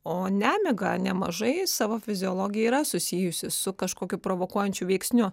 o nemiga nemažai savo fiziologija yra susijusi su kažkokiu provokuojančiu veiksniu